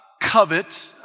covet